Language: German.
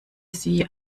sie